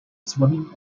swimming